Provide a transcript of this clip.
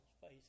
face